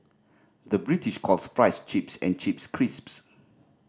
the British calls fries chips and chips crisps